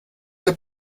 der